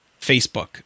Facebook